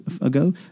ago